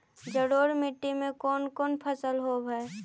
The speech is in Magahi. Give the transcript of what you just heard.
जलोढ़ मट्टी में कोन कोन फसल होब है?